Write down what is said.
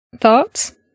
Thoughts